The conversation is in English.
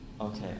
Okay